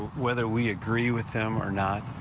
whether we agree with them or not,